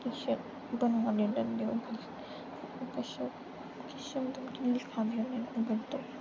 पिच्छें बना अगर किश होंदा गलत पर सामनै नेईं औंदा